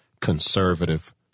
conservative